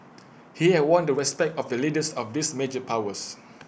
he had won the respect of the leaders of these major powers